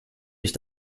ich